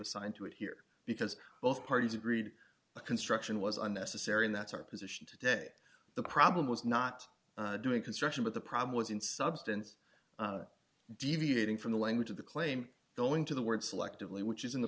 assigned to it here because both parties agreed construction was unnecessary and that's our position today the problem was not doing construction but the problem was in substance deviating from the language of the claim going to the word selectively which is in the